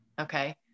Okay